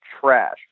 trash